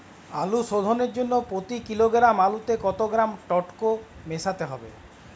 আলু শোধনের জন্য প্রতি কিলোগ্রাম আলুতে কত গ্রাম টেকটো মেশাতে হবে?